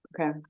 Okay